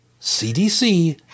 CDC